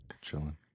chilling